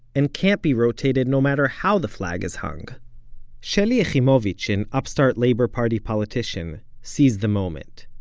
and can't be rotated, no matter how the flag is hung shelly yachimovich, an upstart labor party politician, seized the moment.